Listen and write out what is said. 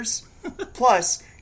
plus